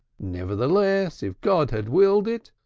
nevertheless, if god had willed it,